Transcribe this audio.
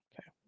Okay